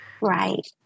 Right